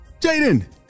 Jaden